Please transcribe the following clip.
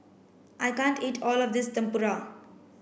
I can't eat all of this Tempura